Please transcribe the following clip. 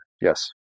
Yes